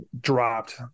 dropped